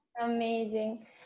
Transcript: Amazing